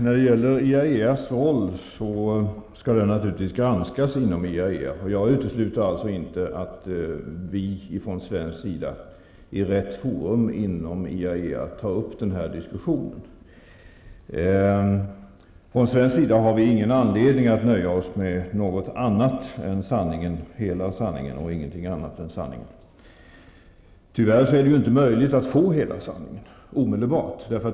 Fru talman! IAEA:s roll skall naturligtvis granskas inom IAEA. Jag utesluter inte att vi från svensk sida i rätt forum inom IAEA kan ta upp den här diskussionen. Från svensk sida har vi ingen anledning att nöja oss med något annat än sanningen, hela sanningen och ingenting annat än sanningen. Tyvärr är det inte möjligt att få hela sanningen omedelbart.